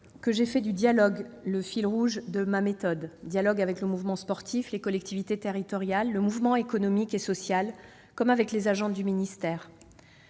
que j'ai fait du dialogue le fil rouge de ma méthode : dialogue avec le mouvement sportif, les collectivités territoriales, le monde économique et social comme les agents du ministère.